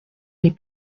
les